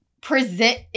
present